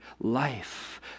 life